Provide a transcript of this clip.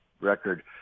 record